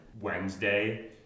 Wednesday